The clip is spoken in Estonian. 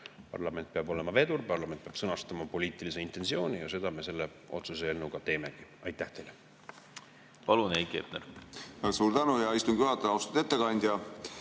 Parlament peab olema vedur, ta peab sõnastama poliitilise intentsiooni ja seda me selle otsuse eelnõuga teemegi. Aitäh teile! Palun, Heiki Hepner!